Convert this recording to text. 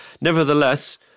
Nevertheless